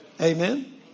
Amen